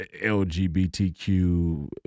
LGBTQ